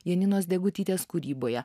janinos degutytės kūryboje